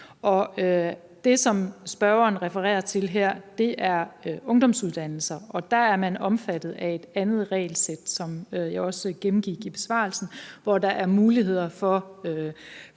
Det, som spørgeren refererer til her, er ungdomsuddannelser, og der er man omfattet af et andet regelsæt, som jeg også gennemgik i besvarelsen, hvor der er muligheder for